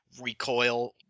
recoil